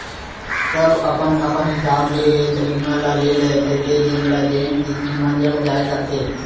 सब अपन अपन हिसाब ले हेल्थ बीमा ल लेथे जेन ल जेन स्कीम ह जम जाय करथे